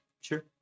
Sure